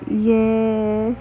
yes